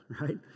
right